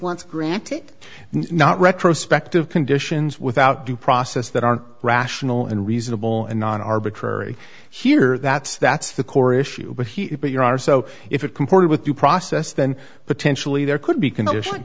once granted not retrospective conditions without due process that aren't rational and reasonable and non arbitrary here that's that's the core issue but he but your are so if it comport with due process then potentially there could be condition